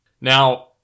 Now